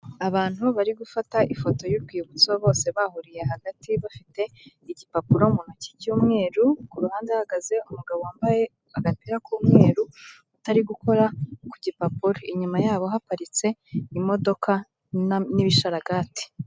Abantu bari gufata ifoto y'urwibutso bose bahuriye hagati bafite igipapuro mu ntoki cy'umweru, ku ruhande hahagaze umugabo wambaye agapira k'umweru utari gukora ku gipapuro, inyuma yabo haparitse imodoka n'ibishararagati.